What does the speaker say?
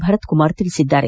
ಭರತ್ಕುಮಾರ್ ತಿಳಿಸಿದ್ದಾರೆ